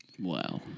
Wow